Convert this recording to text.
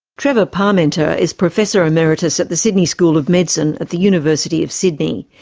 trevor parmenter is professor emeritus at the sydney school of medicine at the university of sydney.